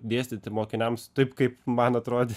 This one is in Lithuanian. dėstyti mokiniams taip kaip man atrodė